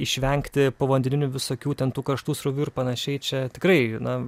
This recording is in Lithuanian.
išvengti povandeninių visokių ten tų karštų srovių ir panašiai čia tikrai na